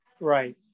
Right